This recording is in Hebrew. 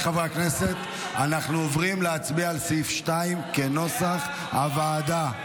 אנחנו עוברים להצביע על סעיף 2 כנוסח הוועדה.